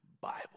Bible